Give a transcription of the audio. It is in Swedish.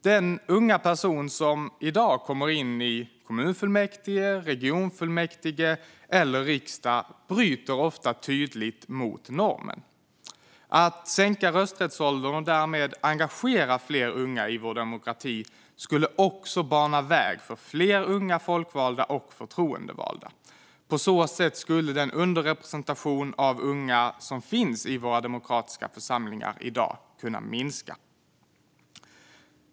Den unga person som i dag kommer in i kommunfullmäktige, regionfullmäktige eller riksdag bryter ofta tydligt mot normen. Att sänka rösträttsåldern och därmed engagera fler unga i vår demokrati skulle också bana väg för flera unga folkvalda och förtroendevalda. På så sätt skulle underrepresentationen av unga i våra demokratiska församlingar i dag kunna minska.